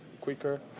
quicker